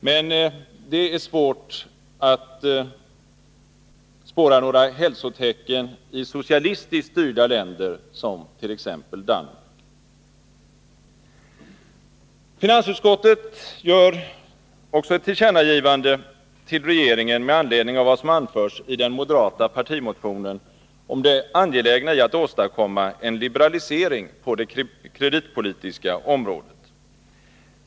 Men det är svårt att spåra några hälsotecken i socialistiskt styrda länder som t.ex. Danmark. Finansutskottet föreslår också ett tillkännagivande till regeringen med anledning av vad som anförs i den moderata partimotionen om det angelägna i att åstadkomma en liberalisering på det kreditpolitiska området.